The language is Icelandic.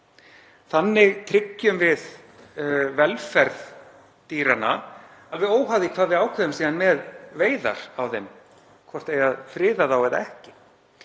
Þannig tryggjum við velferð dýranna alveg óháð því hvað við ákveðum síðan með veiðar á þeim, hvort eigi að friða þá eða ekki,